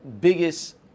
biggest